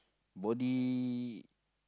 body